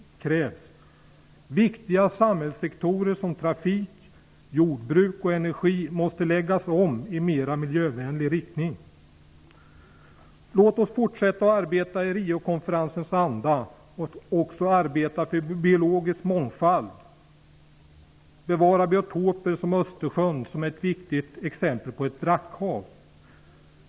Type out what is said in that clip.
Viktiga samhällssektorer som trafik, jordbruk och energi måste läggas om i mer miljövänlig riktning. Låt oss arbeta i Riokonferensens anda och för biologisk mångfald. Vi måste bevara biotopen Östersjön såsom ett viktigt exempel på ett brackhav.